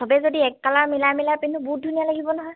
সবেই যদি এক কালাৰ মিলাই মিলাই পিন্ধো বহুত ধুনীয়া লাগিব নহয়